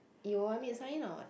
you want me to sign in or what